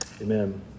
amen